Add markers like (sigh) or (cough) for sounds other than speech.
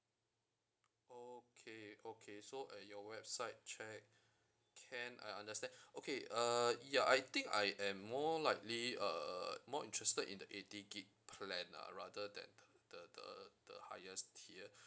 okay okay so at your website check (breath) can I understand okay uh ya I think I am more likely uh more interested in the eighty gigabyte plan ah rather than the the the the highest tier